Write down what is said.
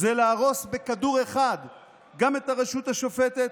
זה להרוס בכדור אחד גם את הרשות השופטת